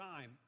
time